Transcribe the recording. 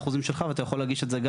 אז אל תעשה את זה.